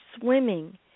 swimming